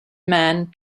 man